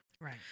Right